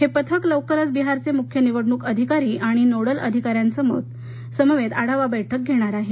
हे पथक लवकरच बिहारचे मुख्य निवडणूक अधिकारी आणि नोडल अधिकाऱ्यांसमवेत आढावा बैठक घेणार आहे